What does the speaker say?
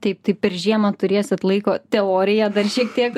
taip tai per žiemą turėsit laiko teoriją dar šiek tiek